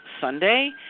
Sunday